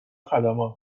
خدمات